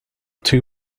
two